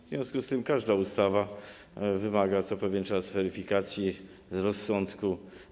W związku z tym każda ustawa wymaga co pewien czas weryfikacji z powodu rozsądku.